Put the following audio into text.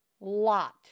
lot